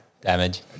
damage